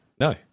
No